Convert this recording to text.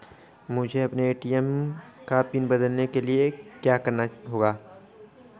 मुझे अपने ए.टी.एम का पिन बदलने के लिए क्या करना होगा?